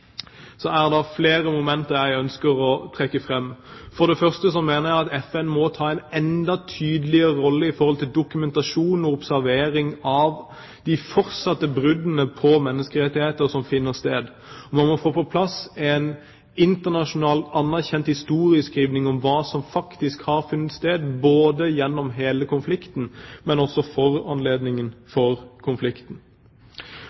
er flere momenter jeg ønsker å trekke fram. For det første mener jeg at FN må spille en enda tydeligere rolle med tanke på dokumentasjon og observasjon av de fortsatte bruddene på menneskerettigheter som finner sted. Man må få på plass en internasjonalt anerkjent historieskrivning av hva som faktisk har funnet sted – gjennom hele konflikten, men også foranledningen for